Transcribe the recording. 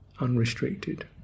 unrestricted